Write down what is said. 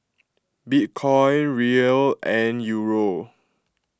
Bitcoin Riel and Euro